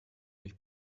mich